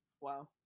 Wow